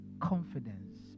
confidence